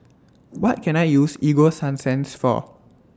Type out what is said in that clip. What Can I use Ego Sunsense For